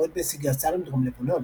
מועד נסיגת צה"ל מדרום לבנון.